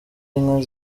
inka